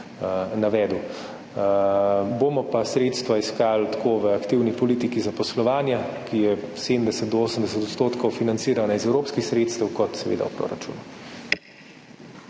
navedel. Bomo pa sredstva iskali tako v aktivni politiki zaposlovanja, ki je 70–80 % financirana iz evropskih sredstev, kot seveda v proračunu.